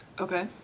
okay